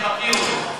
אני מכיר אותו.